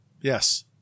Yes